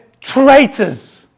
traitors